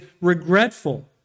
regretful